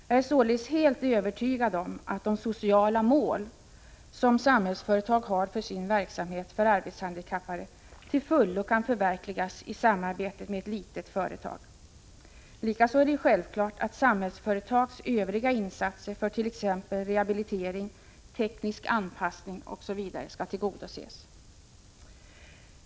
Jag är således helt övertygad om att de sociala mål som Samhällsföretag har för sin verksamhet för arbetshandikappade till fullo kan förverkligas i samarbetet med ett litet företag. Likaså är det självklart att Samhällsföretags Övriga insatser för t.ex. rehabilitering, teknisk anpassning osv. skall tillgodoses.